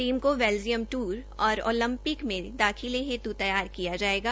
team को Belgium tour और Olympic में दाखिले हेतु तैयार किया जायेगा